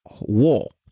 wall